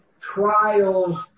trials